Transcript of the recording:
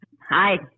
Hi